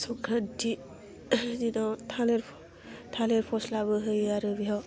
संक्रान्ति दिनाव थालिर थालिर फस्लाबो होयो आरो बेयाव